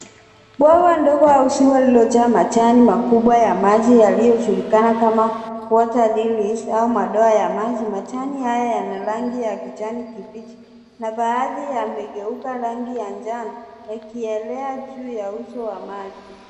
Bwawa ndogo au ziwa lililojaa majani makubwa ya maji yaliyojulikana kama water lilies au madoa ya maji. Majani haya yana rangi ya kijani kibichi na baadhi yamegeuka rangi ya njano yakielea juu ya uso wa maji.